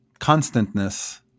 Constantness